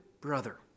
brother